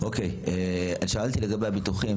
אני מתכבד לחדש את ישיבת הוועדה,